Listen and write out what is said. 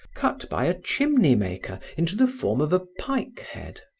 cut by a chimney-maker into the form of a pike head.